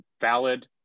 valid